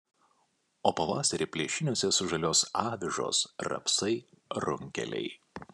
o pavasarį plėšiniuose sužaliuos avižos rapsai runkeliai